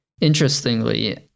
Interestingly